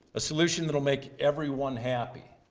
a solution that will make everyone happy,